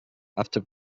after